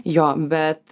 jo bet